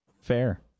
Fair